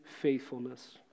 faithfulness